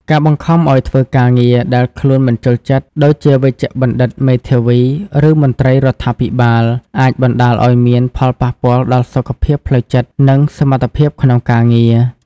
ការបង្ខំឲ្យធ្វើការងារដែលខ្លួនមិនចូលចិត្ត ដូចជា វេជ្ជបណ្ឌិត មេធាវី ឬមន្ត្រីរដ្ឋាភិបាល អាចបណ្តាលឲ្យមានផលប៉ះពាល់ដល់សុខភាពផ្លូវចិត្ត និងសមត្ថភាពក្នុងការងារ។